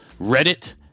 Reddit